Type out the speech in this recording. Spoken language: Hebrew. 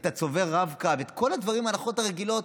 את הצובר רב-קו, את כל ההנחות הרגילות.